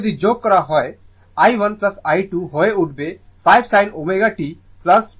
এখন যদি যোগ করা হয় i1 i2 হয়ে উঠবে 5 sin ω t 10 sin ω t 60o